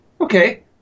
okay